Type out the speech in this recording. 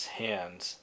hands